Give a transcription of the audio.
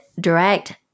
direct